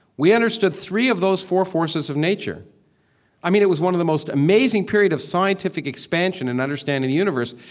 we understood three of those four forces of nature i mean, it was one of the most amazing periods of scientific expansion in understanding the universe,